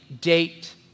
date